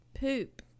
poop